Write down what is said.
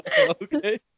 Okay